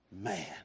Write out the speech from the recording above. man